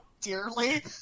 Dearly